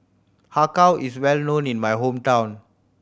Har Kow is well known in my hometown